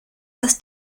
dass